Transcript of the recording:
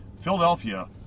Philadelphia